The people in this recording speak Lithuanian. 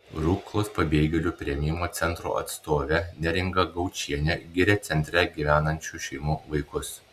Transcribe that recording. ruklos pabėgėlių priėmimo centro atstovė neringa gaučienė giria centre gyvenančių šeimų vaikus